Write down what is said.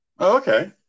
Okay